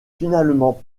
finalement